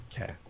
okay